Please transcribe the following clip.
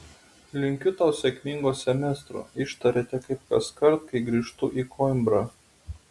linkiu tau sėkmingo semestro ištarėte kaip kaskart kai grįžtu į koimbrą